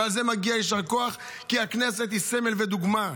ועל זה מגיע יישר כוח, כי הכנסת היא סמל ודוגמה,